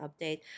update